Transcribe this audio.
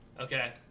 Okay